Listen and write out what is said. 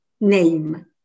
name